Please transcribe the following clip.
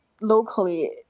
locally